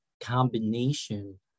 combination